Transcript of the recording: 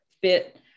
fit